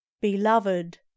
Beloved